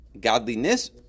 godliness